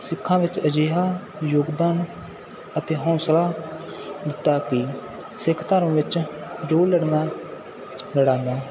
ਸਿੱਖਾਂ ਵਿੱਚ ਅਜਿਹਾ ਯੋਗਦਾਨ ਅਤੇ ਹੌਂਸਲਾ ਦਿੱਤਾ ਕਿ ਸਿੱਖ ਧਰਮ ਵਿੱਚ ਜੋ ਲੜੀਆਂ ਲੜਾਈਆਂ